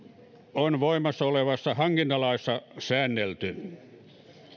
on voimassa olevassa hankintalaissa säännelty